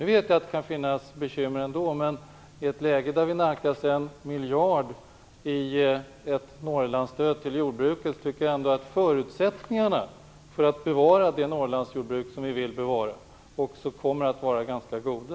Jag vet att det kan finnas bekymmer ändå. Men i ett läge där vi nalkas en miljard när det gäller Norrlandsstödet till jordbruket tycker jag ändå att förutsättningarna för att bevara det Norrlandsjordbruk som vi vill bevara också kommer att vara ganska goda.